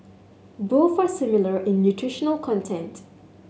both are similar in nutritional content